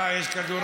אה, יש כדורגל.